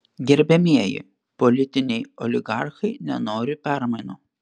gerbiamieji politiniai oligarchai nenori permainų